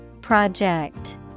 Project